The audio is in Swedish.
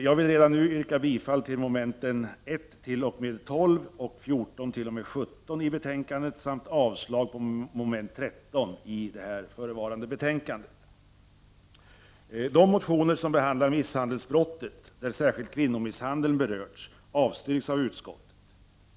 Jag vill redan nu yrka bifall till utskottets hemställan i mom. 1—-12 och 14— 17 samt avslag när det gäller mom. 13. De motioner som behandlar misshandelsbrottet, där särskilt kvinnomisshandeln berörs, avstyrks av utskottet.